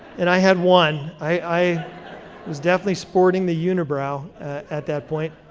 and i had one. i was definitely sporting the unibrow at that point,